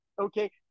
okay